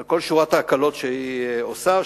על כל שורת ההקלות שהיא עושה,